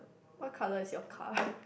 what colour is your car